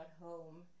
home